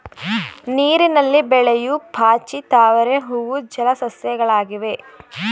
ನೀರಿನಲ್ಲಿ ಬೆಳೆಯೂ ಪಾಚಿ, ತಾವರೆ ಹೂವು ಜಲ ಸಸ್ಯಗಳಾಗಿವೆ